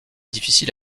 difficile